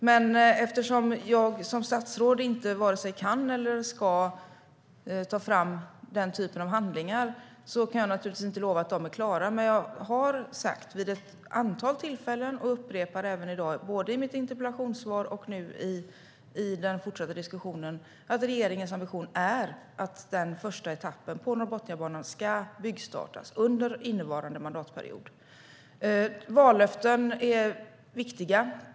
Men eftersom jag som statsråd inte vare sig kan eller ska ta fram den typen av handlingar kan jag naturligtvis inte lova att de är klara. Jag har dock sagt vid ett antal tillfällen, och upprepar det även i dag, både i mitt interpellationssvar och nu i den fortsatta diskussionen, att regeringens ambition är att den första etappen på Norrbotniabanan ska byggstartas under innevarande mandatperiod. Vallöften är viktiga.